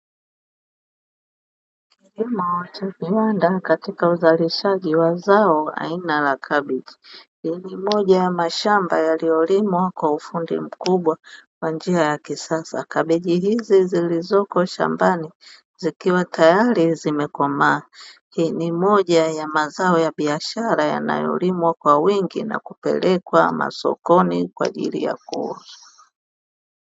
Kilimo cha viwanda katika uzalishaji wa zao aina la kabichi, hii ni moja ya mashamba yaliyolimwa kwa ufundi mkubwa kwa njia ya kisasa. Kabichi hizi zilizoko shambani zikiwa tayari zimekomaa. Hii ni moja ya mazao ya biashara yanayolimwa kwa wingi na kupelekwa masokoni kwa ajili ya kuuzwa.